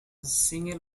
single